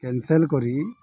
cancel କରି